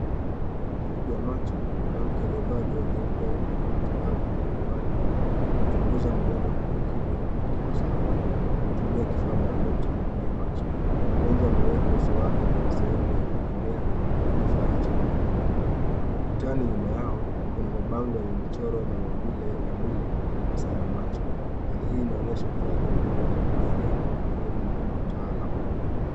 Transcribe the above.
Tabibu wa macho, mwanamke aliyevaa joho jeupe la kimatibabu na miwani, anamchunguza mgonjwa kwa umakini huku akitabasamu. Anatumia kifaa maalum cha kupimia macho. Mgonjwa ameweka uso wake kwenye sehemu ya kuegemea ya kifaa hicho ili apimwe. Ukutani nyuma yao kuna mabango yenye michoro na maumbile ya mwili hasaa ya macho. Hali hii inaonyesha utoaji wa huduma za afya, ukarimu na utaalamu.